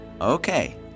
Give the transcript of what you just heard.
Okay